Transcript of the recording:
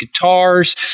guitars